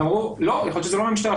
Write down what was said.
הם אמרו שיכול להיות שזה לא מהמשטרה,